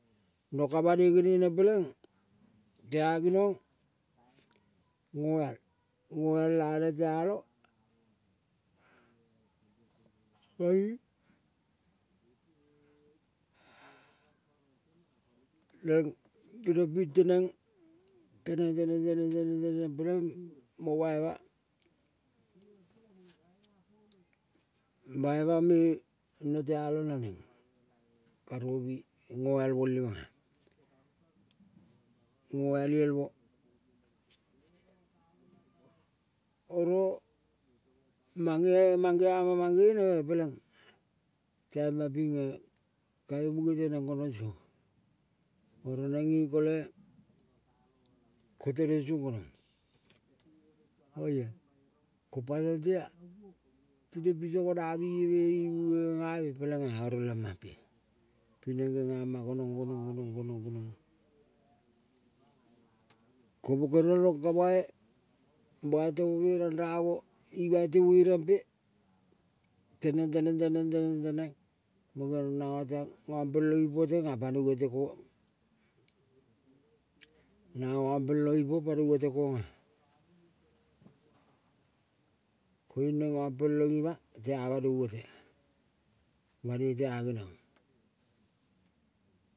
No ka banoi genene peleng tea ginong ngoal, ngoal la neng tealong koiung neng geniong ping teneng teneng, teneng, teneng, teneng, teneng peleing mo bai ma. Baima meno tealong naneng karovi ngoal mole meng nga, ngoal liel mo. Oro mang nge mang geama mang gene peleng taimma pinge kaiong munge teneng gonong song, oro neng nge kole ko teneng song gonong. Oia ko paiotea tine piso gona bieme imunge gengame pelenga oio la, mampea pineng gengama gonong, gonong, gonong, gongong. Komo kere rong ka bai, bai temome ranrome ima ite verempe, teneng, teneng, teneng, teneng teneng. Mo geong rong nanga ngampelong ipo tenga panoi ote kong, nanga ngampelong ipo panoi ote konga. Koiung neng ngampelong ima tea banoi ote, banoi tea geniong.